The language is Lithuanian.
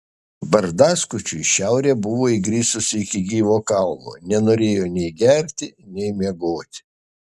barzdaskučiui šiaurė buvo įgrisusi iki gyvo kaulo nenorėjo nei gerti nei miegoti